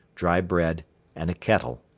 dry bread and a kettle.